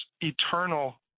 eternal